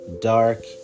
dark